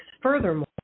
Furthermore